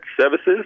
services